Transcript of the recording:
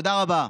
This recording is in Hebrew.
תודה רבה.